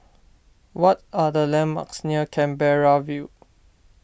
what are the landmarks near Canberra View